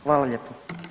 Hvala lijepo.